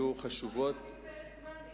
היתה מגבלת זמן?